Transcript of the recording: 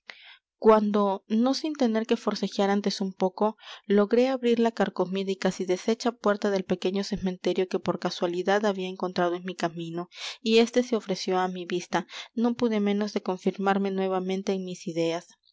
cuando no sin tener que forcejear antes un poco logré abrir la carcomida y casi deshecha puerta del pequeño cementerio que por casualidad había encontrado en mi camino y éste se ofreció á mi vista no pude menos de confirmarme nuevamente en mis ideas